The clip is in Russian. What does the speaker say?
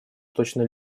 точно